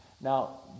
Now